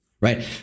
right